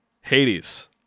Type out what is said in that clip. Hades